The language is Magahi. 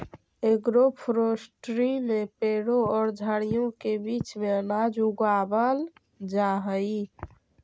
एग्रोफोरेस्ट्री में पेड़ों और झाड़ियों के बीच में अनाज उगावाल जा हई